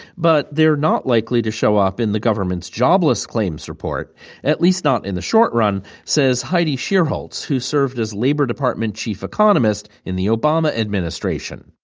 but they're not likely to show up in the government's jobless claims report at least not in the short run, said heidi shierholz, who served as the labor department's chief economist in the obama administration.